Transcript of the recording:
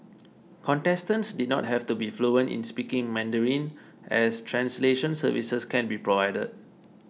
contestants did not have to be fluent in speaking Mandarin as translation services can be provided